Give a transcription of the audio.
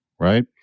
right